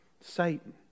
Satan